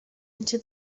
into